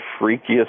freakiest